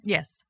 Yes